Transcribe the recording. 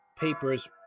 papers